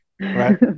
right